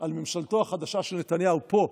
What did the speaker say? על ממשלתו החדשה של נתניהו פה,